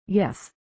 Yes